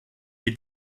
wir